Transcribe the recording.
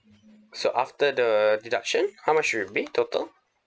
so after the deduction how much will it be total